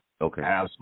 Okay